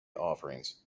offerings